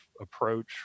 approach